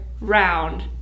round